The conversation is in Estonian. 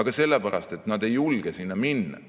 Aga sellepärast, et nad ei julge sinna minna,